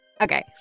Okay